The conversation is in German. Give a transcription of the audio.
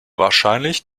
wahrscheinlich